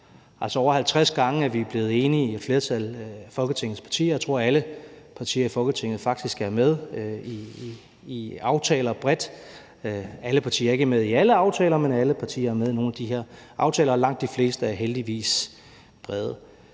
altså over 50 gange er et flertal af Folketingets blevet enige, og jeg tror, at alle partier i Folketinget faktisk er med i aftaler bredt; alle partier er ikke med i alle aftaler, men alle partier er med i nogle af de her aftaler, og langt de fleste er heldigvis brede.